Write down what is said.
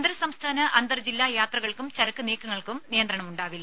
അന്തർ സംസ്ഥാന അന്തർ ജില്ലാ യാത്രകൾക്കും ചരക്കു നീക്കങ്ങൾക്കും നിയന്ത്രണമുണ്ടാവില്ല